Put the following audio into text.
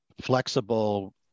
flexible